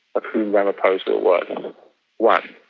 of whom ramaphosa was one.